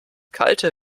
kalte